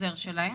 ההחזר שלהן.